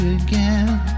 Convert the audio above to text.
again